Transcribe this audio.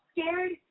scared